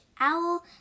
Owl